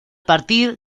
partir